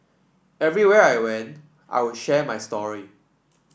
everywhere I went I would share my story